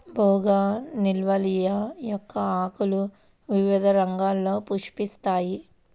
bougainvillea మొక్క ఆకులు వివిధ రంగుల్లో పుష్పిస్తాయి